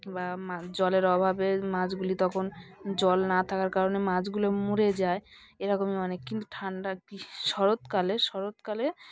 বা জলের অভাবে মাছগুলি তখন জল না থাকার কারণে মাছগুলো মরে যায় এরকমই অনেক কিন্তু ঠান্ডা কি শরৎকালে শরৎকালে